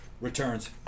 Returns